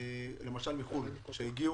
למשל משפחות מחו"ל שהגיעו,